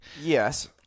Yes